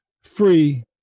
Free